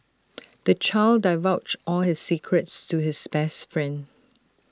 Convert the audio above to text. the child divulged all his secrets to his best friend